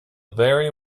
very